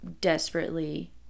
desperately